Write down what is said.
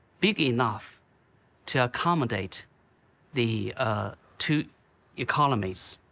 big enough to accommodate the two economies.